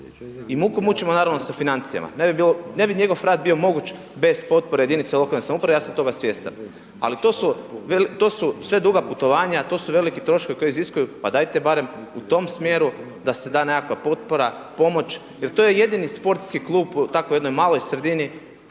i muku mučimo naravno sa financijama, ne bi njegov rad bio moguć bez potpore jedinice lokalne samouprave, ja sam toga svjestan, ali to su, to su sve duga putovanja, to su veliki troškovi koji iziskuju, pa dajte barem u tom smjeru da se da nekakva potpora, pomoć jer to je jedini sportski klub u tako jednoj maloj sredini